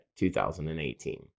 2018